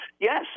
Yes